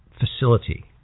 facility